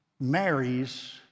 marries